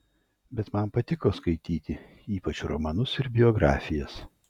bet man patiko skaityti ypač romanus ir biografijas